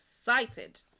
excited